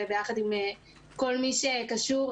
וביחד עם על מי שקשור,